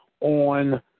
on